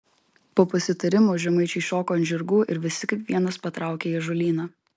po pasitarimo žemaičiai šoko ant žirgų ir visi kaip vienas patraukė į ąžuolyną